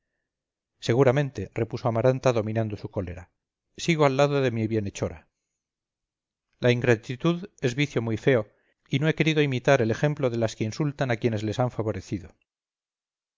seguramente repuso amaranta dominando su cólera sigo al lado de mi bienhechora la ingratitud es vicio muy feo y no he querido imitar el ejemplo de las que insultan a quien les ha favorecido